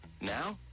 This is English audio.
Now